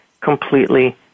completely